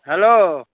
hello